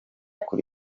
kuri